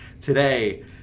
today